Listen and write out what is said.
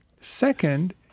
Second